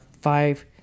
five